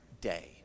day